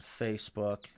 Facebook